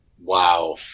Wow